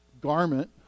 garment